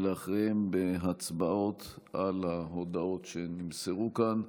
ואחריהם, הצבעות על ההודעות שנמסרו כאן.